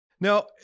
Now